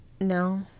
No